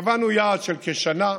קבענו יעד של כשנה.